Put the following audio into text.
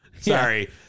sorry